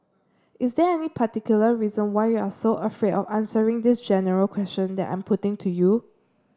is there any particular reason why you are so afraid of answering this general question that I'm putting to you